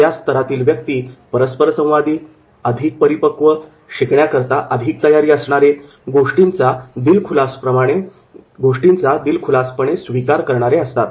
या स्तरातील व्यक्ती परस्परसंवादी अधिक परिपक्व शिकण्याकरता अधिक तयारी असणारे गोष्टींचा दिलखुलासपणे स्वीकार करणारे असतात